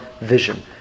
vision